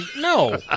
no